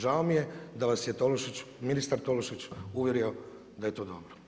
Žao mi je da vas je ministar Tolušić uvjerio da je to dobro.